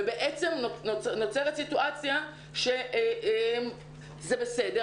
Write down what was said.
ובעצם נוצרת סיטואציה שזה בסדר,